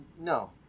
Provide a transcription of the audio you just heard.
No